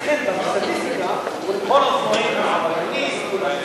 לכן בסטטיסטיקה, כל האופנוענים הם עבריינים.